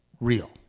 real